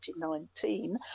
2019